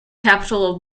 capital